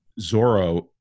Zorro